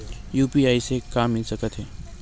UPI से का मिल सकत हे?